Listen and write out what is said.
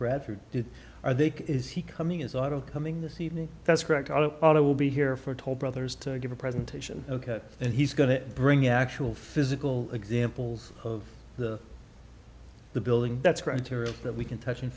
bradford did are they is he coming is auto coming this evening that's correct our auto will be here for toll brothers to give a presentation and he's going to bring actual physical examples of the the building that's criteria that we can touch